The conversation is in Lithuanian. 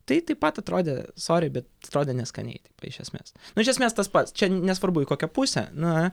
tai taip pat atrodė sori bet atrodė neskaniai taip iš esmės nu iš esmės tas pats čia nesvarbu į kokią pusę na